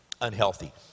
unhealthy